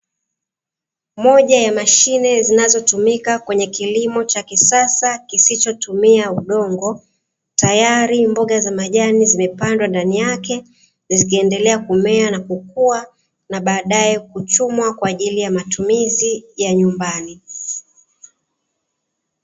Moja ya mashine zinazo tumika kwenye kilimo cha kisasa kisichotumia udongo, tayari mboga za majani zimepandwa ndani yake zikiendelea kumea na kukua na baadae kuchumwa kwa ajili ya matumizi ya nyumbani.